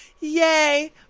Yay